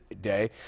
day